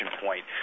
point